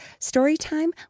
Storytime